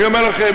אני אומר לכם,